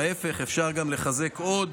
ההפך, אפשר לחזק עוד.